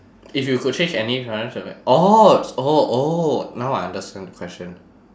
if you could change any oh oh oh now I understand the question